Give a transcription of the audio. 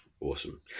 Awesome